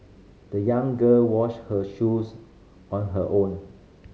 the young girl washed her shoes on her own